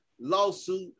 lawsuit